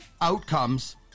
outcomes